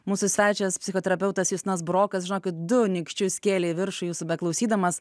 mūsų svečias psichoterapeutas justinas burokas žinokit du nykščius kėlė į viršų jūsų beklausydamas